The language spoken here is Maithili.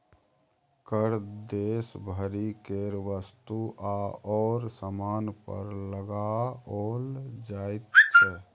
कर देश भरि केर वस्तु आओर सामान पर लगाओल जाइत छै